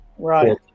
right